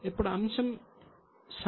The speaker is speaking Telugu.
ఇప్పుడు అంశం సంఖ్య 2